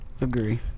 Agree